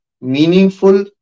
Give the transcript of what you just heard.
meaningful